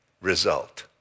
result